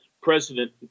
President